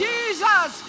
Jesus